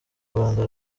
rwanda